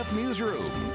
newsroom